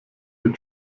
den